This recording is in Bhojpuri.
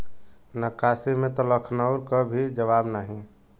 नक्काशी में त लखनऊ क भी जवाब नाही